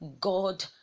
god